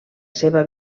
seva